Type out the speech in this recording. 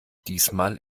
diesmal